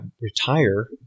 retire